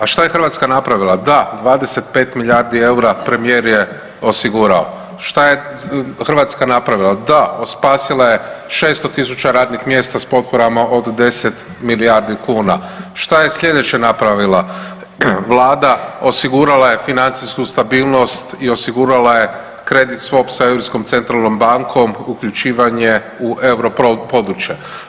A šta je Hrvatska napravila, da, 25 milijardi eura premijer je osigurao, šta je Hrvatska napravila, da, spasila je 600.000 radnih mjesta s potporama od 10 milijardi kuna, šta je sljedeće napravila vlada, osigurala je financijsku stabilnost i osigurala je kredit svop sa Europskom centralnom bankom uključivanje u euro područje.